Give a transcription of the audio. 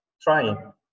trying